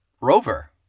Rover